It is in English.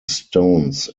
stones